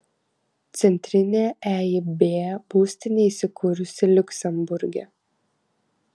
centrinė eib būstinė įsikūrusi liuksemburge